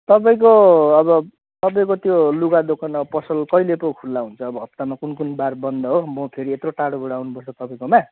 तपाईँको अब तपाईँको त्यो लुगा दोकान अब पसल कहिले पो खुल्ला हुन्छ अब हप्तामा कुन कुन बार बन्द हो म फेरि यत्रो टाढोबाट आउनुपर्छ तपाईँकोमा